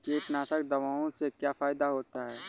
कीटनाशक दवाओं से क्या फायदा होता है?